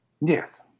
Yes